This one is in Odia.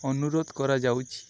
ଅନୁରୋଧ କରାଯାଉଛି